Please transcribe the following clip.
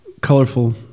colorful